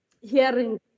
hearing